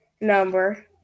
number